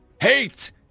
hate